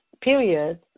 periods